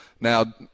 Now